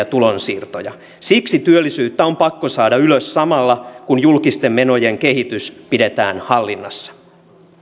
tulonsiirtoja siksi työllisyyttä on pakko saada ylös samalla kun julkisten menojen kehitys pidetään hallinnassa